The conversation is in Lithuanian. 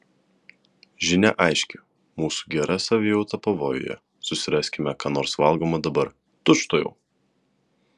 žinia aiški mūsų gera savijauta pavojuje susiraskime ką nors valgomo dabar tučtuojau